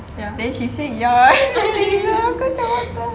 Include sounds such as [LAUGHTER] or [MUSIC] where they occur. [LAUGHS]